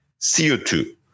CO2